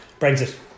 Brexit